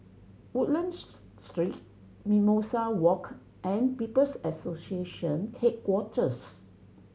Woodlands Street Mimosa Walk and People's Association Headquarters